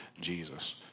Jesus